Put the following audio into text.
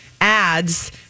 ads